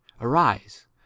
arise